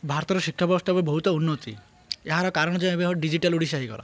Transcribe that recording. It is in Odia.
ଭାରତର ଶିକ୍ଷା ବ୍ୟବସ୍ଥା ଏବେ ବହୁତ ଉନ୍ନତି ଏହାର କାରଣ ଯେ ଏବେ ଡିଜିଟାଲ୍ ଓଡ଼ିଶା ହେଇଗଲା